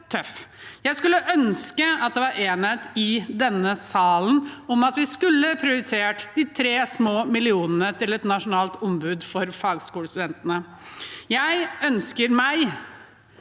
Jeg skulle ønske at det var enighet i denne salen om at vi skulle prioritert de tre små millionene til et nasjonalt ombud for fagskolestudentene. For studentene